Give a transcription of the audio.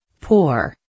Poor